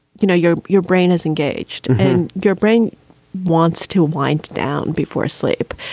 you know your your brain is engaged and your brain wants to wind down before sleep.